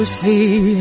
see